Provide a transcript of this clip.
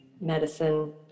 medicine